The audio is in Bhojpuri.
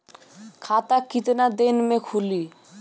खाता कितना दिन में खुलि?